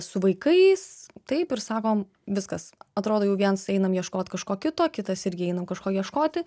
su vaikais taip ir sakom viskas atrodo jau viens einam ieškot kažko kito kitas irgi einam kažko ieškoti